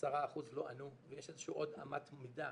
ש-10% לא ענו ויש עוד איזו שהיא אמת מידה